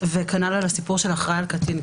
וכנ"ל לגבי הסיפור של אחראי על קטין,